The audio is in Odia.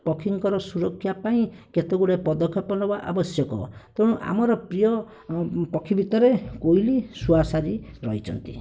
ପକ୍ଷୀଙ୍କର ସୁରକ୍ଷା ପାଇଁ କେତେ ଗୁଡ଼ିଏ ପଦକ୍ଷେପ ନେବା ଆବଶ୍ୟକ ତେଣୁ ଆମର ପ୍ରିୟ ପକ୍ଷୀ ଭିତରେ କୋଇଲି ଶୁଆ ସାରି ରହିଛନ୍ତି